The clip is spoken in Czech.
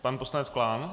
Pan poslanec Klán.